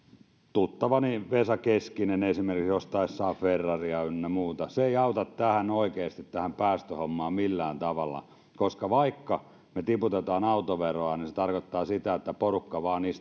tuttavani vesa keskinen esimerkiksi ostaessaan ferraria ynnä muuta se ei auta oikeasti tähän päästöhommaan millään tavalla koska vaikka me tiputamme autoveroa niin se tarkoittaa sitä että porukka vain